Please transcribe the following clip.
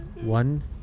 One